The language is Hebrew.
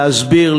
להסביר,